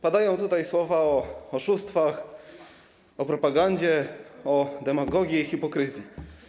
Padają tutaj słowa o oszustwach, o propagandzie, o demagogii i hipokryzji.